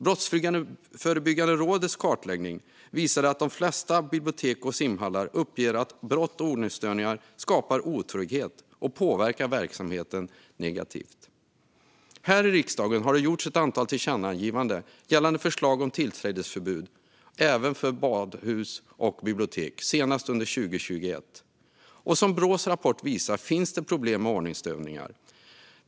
Brottsförebyggande rådets kartläggning visar att de flesta bibliotek och simhallar uppger att brott och ordningsstörningar skapar otrygghet och påverkar verksamheten negativt. Här i riksdagen har det gjorts ett antal tillkännagivanden gällande förslag om tillträdesförbud även för badhus och bibliotek, senast under 2021. Som Brås rapport visar finns det problem med ordningsstörningar.